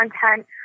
content